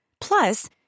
Plus